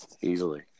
Easily